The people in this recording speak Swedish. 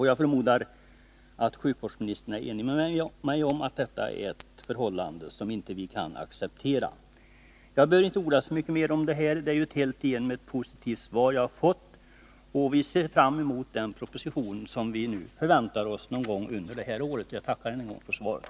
Jag förmodar att sjukvårdsministern är enig med mig om att Nr 84 detta är ett förhållande som vi inte kan acceptera. Fredagen den Jag behöver inte orda så mycket mer om detta. Det är ju ett alltigenom 20 februari 1981 positivt svar som jag har fått. Vi ser fram emot den proposition som vi nu förväntar oss någon gång under det här året. Meddelande om Jag tackar än en gång för svaret.